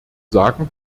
sagen